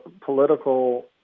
political